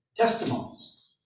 testimonies